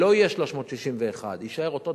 לא יהיה 361 מיליארד, אלא יישאר אותו דבר,